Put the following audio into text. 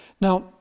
now